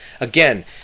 Again